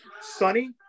Sonny